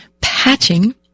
patching